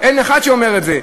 אין אחד שאומר את זה.